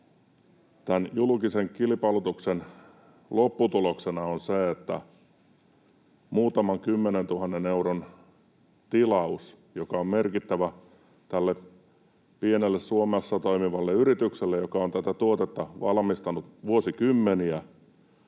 tämän julkisen kilpailutuksen lopputuloksena on se, että muutaman kymmenentuhannen euron tilauksen, joka on merkittävä tälle pienelle Suomessa toimivalle yritykselle, joka on tätä tuotetta valmistanut vuosikymmeniä,